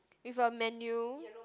with a menu